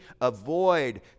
avoid